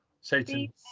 Satan